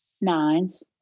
nines